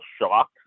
shock